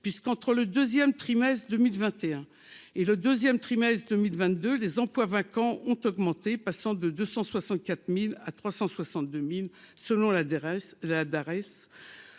puisqu'entre le 2ème trimestre 2021 et le 2ème trimestre 2022 les emplois vacants ont augmenté, passant de 264000 à 362000 selon l'adresse